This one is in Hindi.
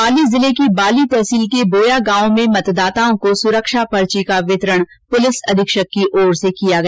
पाली जिले की बाली तहसील के बोया गांव में मतदाताओं को सुरक्षा पर्ची का वितरण पुलिस अधीक्षक की ओर से किया गया